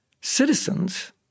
citizens